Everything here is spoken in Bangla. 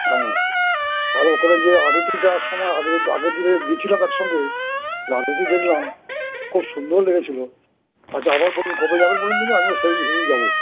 হ্যাঁ তাহলে ওখানে যে আরতি দেওয়ার সময় আগের আগের দিন দিয়েছিলাম একসঙ্গে যে আরতি দেখলাম খুব সুন্দর লেগেছিলো আচ্ছা আবার বলুন কবে যাবেন বল দেখি আমিও সেইদিন যাব